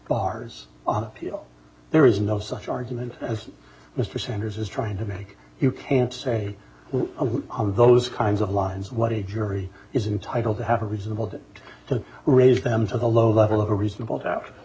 bars there is no such argument as mr sanders is trying to make you can't say on those kinds of lines what a jury is entitled to have a reasonable to raise them to the low level of a reasonable doubt